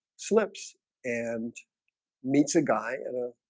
slips and meets a guy in a